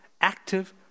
active